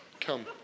come